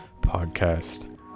podcast